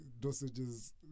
dosages